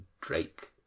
Drake